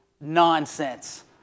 nonsense